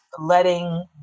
letting